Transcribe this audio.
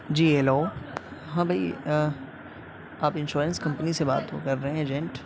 جی hello ہاں بھائی آپ انسورنس کمپنی سے بات ہو کر رہے ہیں ایجنٹ